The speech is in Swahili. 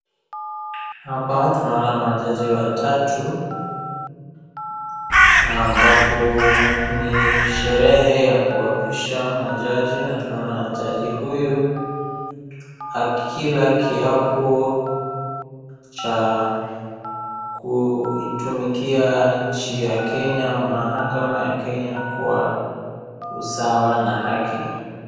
Hapa tunaona majaji watatu, ambapo ni sherehe ya kuapisha majaji na tunaona jaji huyu akila kiapo cha kuitumikia nchi ya Kenya ama mahakama ya Kenya kwa usawa na haki.